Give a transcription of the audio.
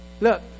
look